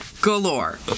galore